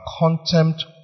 contempt